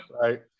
Right